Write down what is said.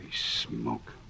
smoke